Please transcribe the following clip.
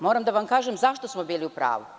Moram da vam kažem zašto smo bili u pravu.